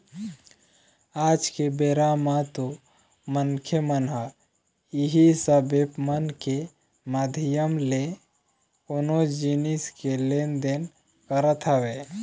आज के बेरा म तो मनखे मन ह इही सब ऐप मन के माधियम ले कोनो जिनिस के लेन देन करत हवय